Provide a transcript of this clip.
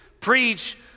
Preach